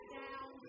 down